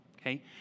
Okay